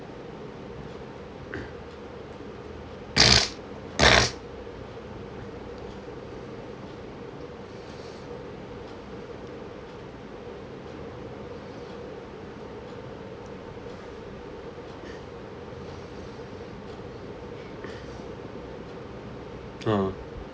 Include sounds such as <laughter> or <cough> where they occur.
<noise> <noise> (uh huh)